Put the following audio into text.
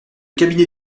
cabinet